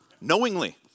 Knowingly